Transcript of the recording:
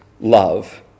love